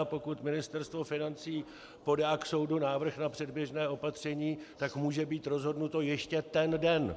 Pokud Ministerstvo financí podá k soudu návrh na předběžné opatření, tak může být rozhodnuto ještě ten den.